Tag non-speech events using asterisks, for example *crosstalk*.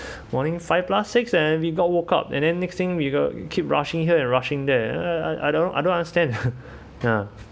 morning five plus six and we got woke up and then next thing we got keep rushing here and rushing there uh uh I I don't I don't understand *laughs* ya